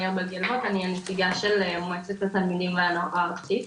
אני ארבל אני הנציגה של מועצת התלמידים והנוער הארצי.